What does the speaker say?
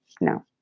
No